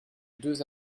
deux